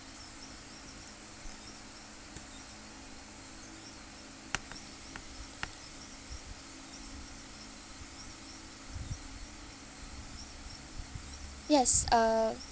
yes uh